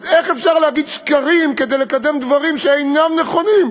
אז איך אפשר להגיד שקרים כדי לקדם דברים שאינם נכונים,